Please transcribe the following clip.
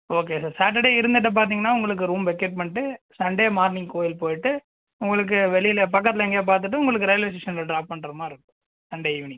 okay sir Saturday இருந்துட்டு பார்த்தீங்கன்னா உங்களுக்கு ரூம் வெக்கேட் பண்ணிட்டு சண்டே மார்னிங் கோயில் போயிட்டு உங்களுக்கு வெளியில் பக்கத்தில் எங்கேயா பார்த்துட்டு உங்களுக்கு ரயில்வே ஸ்டேஷனில் டிராப் பண்ணுற மாரிருக்கும் சண்டே ஈவினிங்